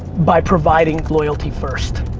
by providing loyalty first.